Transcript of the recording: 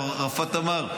איך ערפאת אמר?